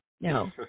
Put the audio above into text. No